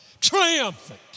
Triumphant